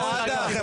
סעדה,